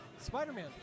Spider-Man